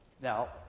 Now